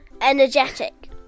Energetic